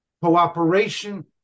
cooperation